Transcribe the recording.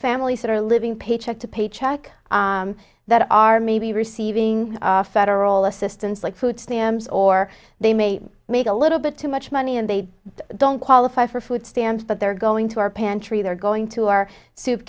families that are living paycheck to paycheck that are maybe receiving federal assistance like food stamps or they may make a little bit too much money and they don't qualify for food stamps but they're going to our pantry they're going to our soup